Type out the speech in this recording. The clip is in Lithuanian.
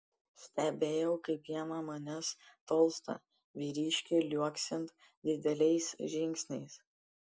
stebėjau kaip jie nuo manęs tolsta vyriškiui liuoksint dideliais žingsniais